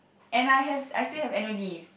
and I has and I still have annual leave